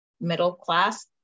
middle-class